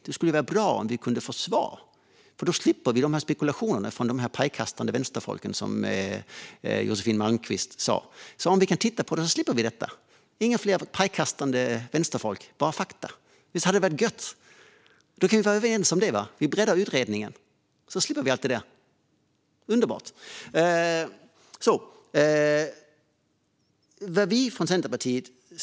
Det skulle vara bra om vi kunde få svar, för då slipper vi de spekulationer från pajkastande vänsterfolk som Josefin Malmqvist talade om. Om vi kan titta på de här sakerna slipper vi detta - inget mer pajkastande vänsterfolk, bara fakta. Visst hade det varit gött? Då kan vi väl vara överens om detta? Vi breddar utredningen, så slipper vi allt det där. Underbart!